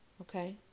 Okay